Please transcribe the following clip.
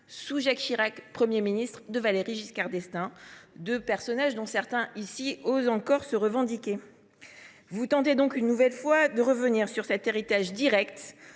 sous Jacques Chirac, alors Premier ministre de Valéry Giscard d’Estaing, deux personnages dont certains ici osent encore se revendiquer. Vous tentez donc une nouvelle fois de revenir sur cet héritage direct